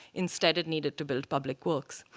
instead it needed to build public works.